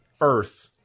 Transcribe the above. earth